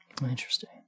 Interesting